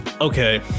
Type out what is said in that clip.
okay